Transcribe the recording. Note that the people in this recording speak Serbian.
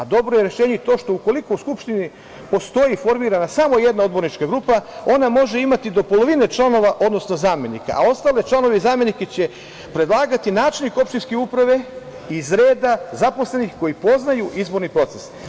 Dobro je rešenje i to što ukoliko u skupštini postoji formirana samo jedna odbornička grupa ona može imati do polovine članova, odnosno zamenika, a ostale članove i zamenike će predlagati načelnik opštinske uprave iz reda zaposlenih koji poznaju izborni proces.